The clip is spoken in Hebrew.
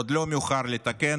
עוד לא מאוחר לתקן.